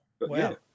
Wow